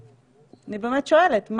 אני באמת שואלת,